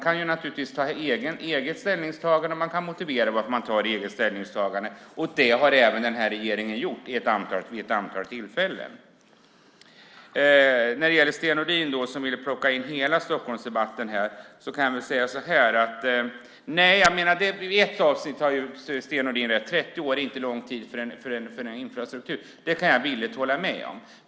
Man kan naturligtvis göra egna ställningstaganden och motivera dem. Det har även den här regeringen gjort vid ett antal tillfällen. Sten Nordin ville plocka in hela Stockholmsdebatten här. En sak har Sten Nordin rätt i: 30 år är inte lång tid för en infrastruktur. Det kan jag villigt hålla med om.